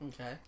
Okay